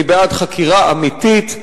אני בעד חקירה אמיתית,